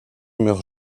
meurt